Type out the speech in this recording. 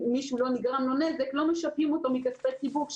כי אם למישהו לא נגרם נזק לא משפים אותו מכספי ציבור.